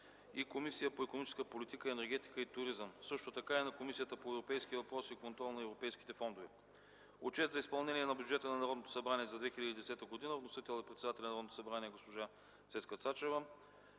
на Комисията по икономическата политика, енергетика и туризъм и на Комисията по европейските въпроси и контрол на европейските фондове. Отчет за изпълнение на бюджета на Народното събрание за 2010 г. Вносител е председателят на Народното събрание госпожа Цецка Цачева.